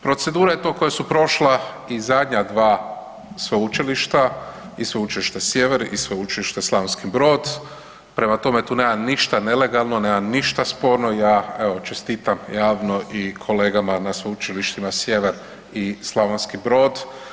Procedura koja su prošla i zadnja dva sveučilišta i Sveučilište Sjever i Sveučilište Slavonski Brod, prema tome tu nema ništa nelegalno, nema ništa sporno, ja evo čestitam javno i kolegama i na Sveučilištima Sjever i Slavonski Brod.